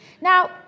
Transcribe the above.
Now